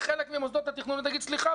יהיה חלק ממוסדות התכנון ויגיד: סליחה,